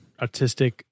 autistic